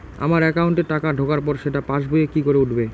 আমার একাউন্টে টাকা ঢোকার পর সেটা পাসবইয়ে কি করে উঠবে?